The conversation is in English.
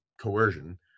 coercion